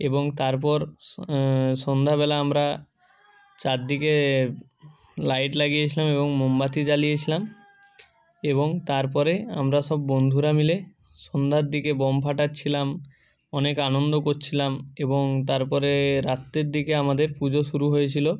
এবং তারপর স সন্ধ্যাবেলা আমরা চাদ্দিকে লাইট লাগিয়েছিলাম এবং মোমবাতি জ্বালিয়েছিলাম এবং তারপরে আমরা সব বন্ধুরা মিলে সন্ধ্যার দিকে বম ফাটাচ্ছিলাম অনেক আনন্দ কচ্ছিলাম এবং তারপরে রাত্রের দিকে আমাদের পুজো শুরু হয়েছিলো